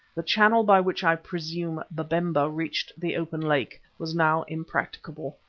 the channel by which i presume babemba reached the open lake, was now impracticable.